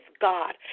God